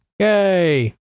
Yay